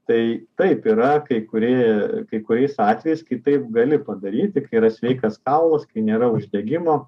tai taip yra kai kurie kai kuriais atvejais kitaip gali padaryti yra sveikas kaulas kai nėra uždegimo